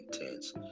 Intense